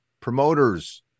promoters